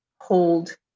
hold